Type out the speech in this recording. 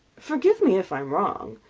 forgive me if i am wrong.